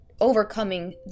Overcoming